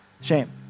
shame